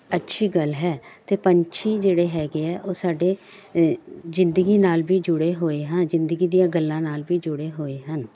ਅੱਛੀ ਗੱਲ ਹੈ ਅਤੇ ਪੰਛੀ ਜਿਹੜੇ ਹੈਗੇ ਆ ਉਹ ਸਾਡੇ ਜ਼ਿੰਦਗੀ ਨਾਲ ਵੀ ਜੁੜੇ ਹੋਏ ਹਨ ਜ਼ਿੰਦਗੀ ਦੀਆਂ ਗੱਲਾਂ ਨਾਲ ਵੀ ਜੁੜੇ ਹੋਏ ਹਨ